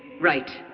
right.